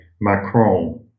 Macron